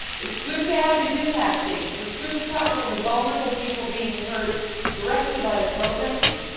it's good to have these impact statements, it's good to talk about the vulnerable people being hurt directly by the programs,